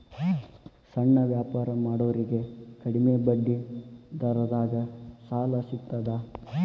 ಸಣ್ಣ ವ್ಯಾಪಾರ ಮಾಡೋರಿಗೆ ಕಡಿಮಿ ಬಡ್ಡಿ ದರದಾಗ್ ಸಾಲಾ ಸಿಗ್ತದಾ?